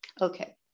Okay